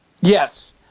Yes